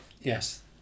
Yes